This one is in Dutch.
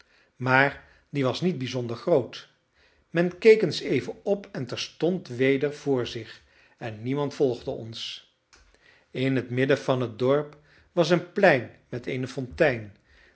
maar die was niet bijzonder groot men keek eens even op en terstond weder vr zich en niemand volgde ons in het midden van het dorp was een plein met eene fontein